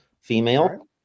female